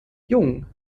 jung